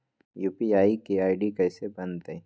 UPI के ID कैसे बनतई?